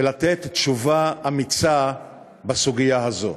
ולתת תשובה אמיצה בסוגיה הזאת.